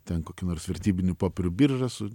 ten kokį nors vertybinių popierių biržą su